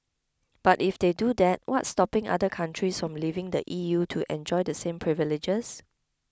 but if they do that what's stopping other countries from leaving the E U to enjoy the same privileges